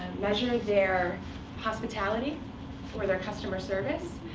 measure their hospitality or their customer service,